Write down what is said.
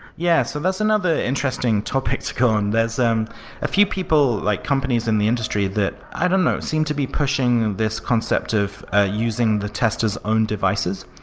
yeah. so that's another interesting topic to go on. there's um a few people, like companies in the industry that, i don't' know, seem to be pushing this concept of using the tester's own devices.